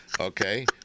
Okay